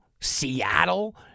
Seattle